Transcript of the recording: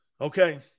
Okay